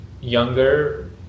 younger